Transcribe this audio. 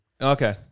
Okay